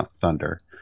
Thunder